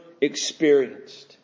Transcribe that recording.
experienced